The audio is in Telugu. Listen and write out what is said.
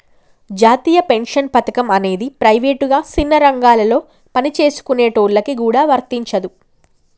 జాతీయ పెన్షన్ పథకం అనేది ప్రైవేటుగా సిన్న రంగాలలో పనిచేసుకునేటోళ్ళకి గూడా వర్తించదు